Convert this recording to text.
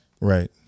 right